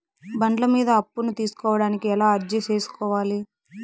బండ్ల మీద అప్పును తీసుకోడానికి ఎలా అర్జీ సేసుకోవాలి?